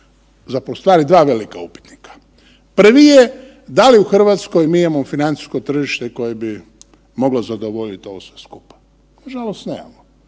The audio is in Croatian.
u stvari dva velika upitnika. Prvi je da li u RH mi imamo financijsko tržište koje bi moglo zadovoljit ovo sve skupa? Nažalost nemamo.